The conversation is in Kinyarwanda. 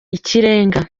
ikirenga